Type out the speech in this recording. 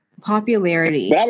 popularity